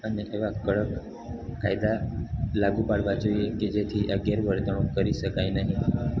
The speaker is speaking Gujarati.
અને એવા કડક કાયદા લાગુ પાડવા જોઈએ કે જેથી આ ગેરવર્તણૂક કરી શકાય નહીં